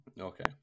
Okay